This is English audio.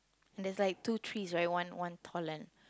and there's like two trees right one one tall and